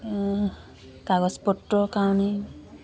কাগজ পত্ৰৰ কাৰণে